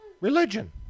religion